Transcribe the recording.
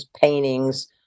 paintings